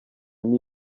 yari